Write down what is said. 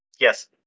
Yes